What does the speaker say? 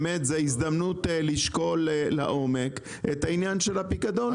זו הזדמנות לשקול לעומק את העניין של הפיקדון,